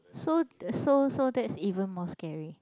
so so so that's even more scary